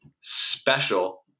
special